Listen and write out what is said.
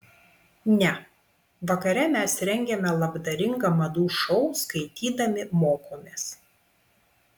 ne vakare mes rengiame labdaringą madų šou skaitydami mokomės